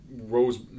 rose